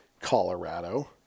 Colorado